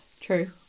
True